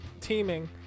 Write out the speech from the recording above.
teaming